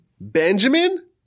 Benjamin